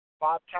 Bob